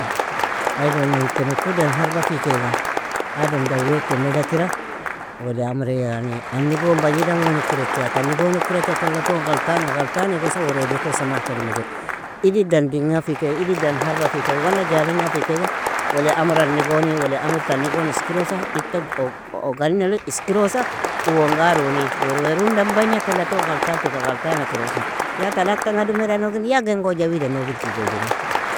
Ailonon teme ku dan harba fi kega, adam daweak eneda kira, ولي امر yani anni gon bagnid an gon ukkirecha, tani gon ukkirecha tala ton galtanga galtan igosa werwea do ton samahka dumikire. Iddi dan dinga kega, iddi dan harba fi kega, wala jalinga fi kega, ولي امر ani goni, ولي امر tni gon iskirosa, idtta ug_ ugani log iskirosa uwongar uni, werwear undan bagna tala ton galtan tota galtana kirosa, ya talag tanga dumeda nogin, ya gengoja wida nogil tigojina.